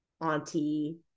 auntie